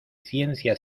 ciencia